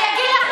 אני אענה לך